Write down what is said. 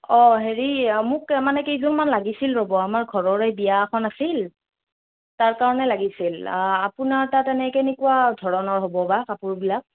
অঁ হেৰি মোক মানে কেইযোৰ মান লাগিছিল ৰ'ব আমাৰ ঘৰৰে বিয়া এখন আছিল তাৰ কাৰণে লাগিছিল আপোনাৰ তাত এনে কেনেকুৱা ধৰণৰ হ'ব বা কাপোৰবিলাক